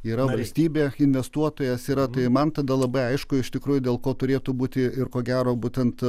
yra valstybė investuotojas yra tai man tada labai aišku iš tikrųjų dėl ko turėtų būti ir ko gero būtent